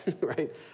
right